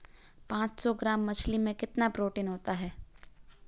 पांच सौ ग्राम मछली में कितना प्रोटीन होता है?